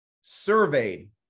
surveyed